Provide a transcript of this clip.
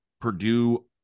Purdue